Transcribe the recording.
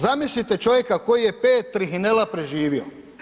Zamislite čovjek koji je 5 trihinela preživio.